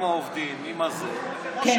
עם העובדים, עם זה, כמו שהם.